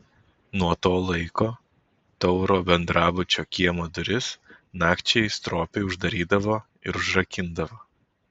nuo to laiko tauro bendrabučio kiemo duris nakčiai stropiai uždarydavo ir užrakindavo